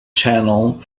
channel